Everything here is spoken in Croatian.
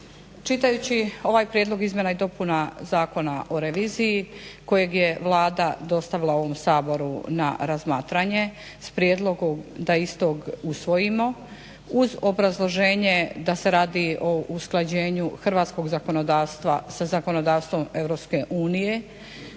Čitajući ovaj prijedlog izmjena i dopuna Zakona o reviziji kojeg je Vlada dostavila ovom Saboru na razmatranje s prijedlogom da istog usvojimo uz obrazloženje da se radi o usklađenju hrvatskog zakonodavstva sa zakonodavstvom EU,